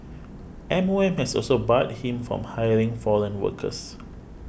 M O M has also barred him from hiring foreign workers